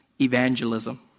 evangelism